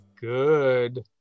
Good